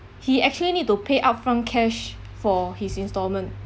he actually need to pay upfront cash for his installment